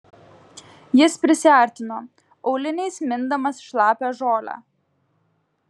jis prisiartino auliniais mindamas šlapią žolę